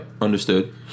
understood